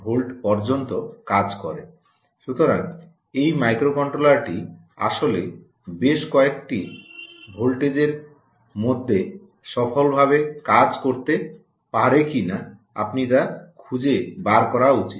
সুতরাং এই মাইক্রোকন্ট্রোলারটি আসলে বেশ কয়েকটি ভোল্টেজের মধ্যে সফলভাবে কাজ করতে পারে কিনা আপনি তা খুঁজে বার করা উচিত